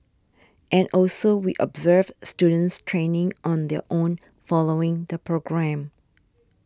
and also we observe students training on their own following the programme